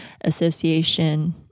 association